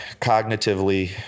cognitively